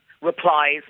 replies